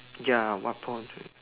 ya what point to